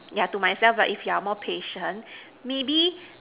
yeah to myself lah if you're more patient maybe